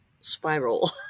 spiral